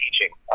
teaching